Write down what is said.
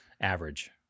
average